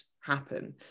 happen